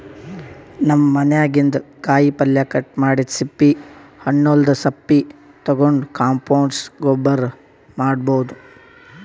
ನಮ್ ಮನ್ಯಾಗಿನ್ದ್ ಕಾಯಿಪಲ್ಯ ಕಟ್ ಮಾಡಿದ್ದ್ ಸಿಪ್ಪಿ ಹಣ್ಣ್ಗೊಲ್ದ್ ಸಪ್ಪಿ ತಗೊಂಡ್ ಕಾಂಪೋಸ್ಟ್ ಗೊಬ್ಬರ್ ಮಾಡ್ಭೌದು